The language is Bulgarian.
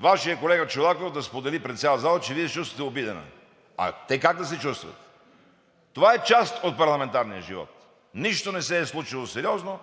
Вашият колега Чолаков да сподели пред цялата зала, че Вие лично сте обидена. А те как да се чувстват? Това е част от парламентарния живот. Нищо не се е случило сериозно